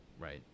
right